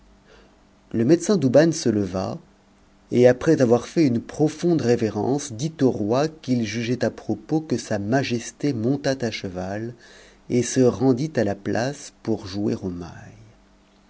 le médecin douban se leva et après avoir fait une profonde révérence dit au roi qu'il jugeait à propos que sa majesté montât à cheval et se rendît à la place pour jouer au mail